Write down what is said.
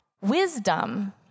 Wisdom